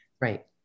Right